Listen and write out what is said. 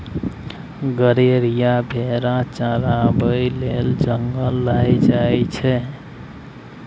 गरेरिया भेरा चराबै लेल जंगल लए जाइ छै